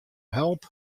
help